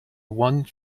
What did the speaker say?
one